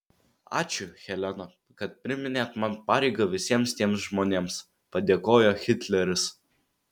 ačiū helena kad priminėt man pareigą visiems tiems žmonėms padėkojo hitleris